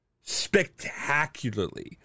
spectacularly